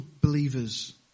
believers